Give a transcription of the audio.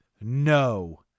no